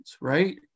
right